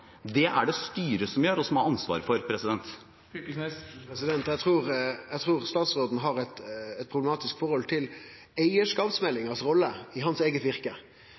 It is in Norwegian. Det er det styret som gjør og har ansvaret for. Eg trur stasråden har eit problematisk forhold til kva rolle eigarskapsmeldinga har i hans eige virke.